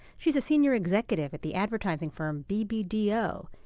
she's a senior executive at the advertising firm bbdo.